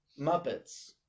Muppets